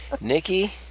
Nikki